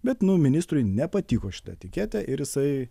bet nu ministrui nepatiko šita etiketė ir jisai